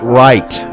right